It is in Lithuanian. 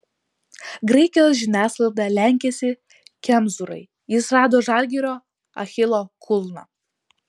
graikijos žiniasklaida lenkiasi kemzūrai jis rado žalgirio achilo kulną